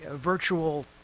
ah virtual,